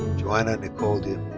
joanna nicole de